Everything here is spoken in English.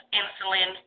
insulin